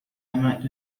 amount